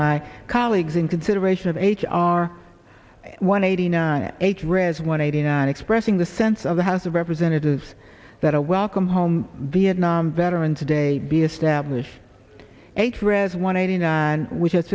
my colleagues in consideration of h r one eighty nine eight raz one eighty nine expressing the sense of the house of representatives that a welcome home vietnam veterans day be established eight read one eighty nine which